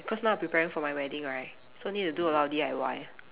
cause now I preparing for my wedding right so need to do a lot of D_I_Y